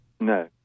No